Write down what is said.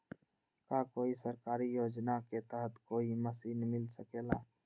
का कोई सरकारी योजना के तहत कोई मशीन मिल सकेला?